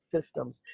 systems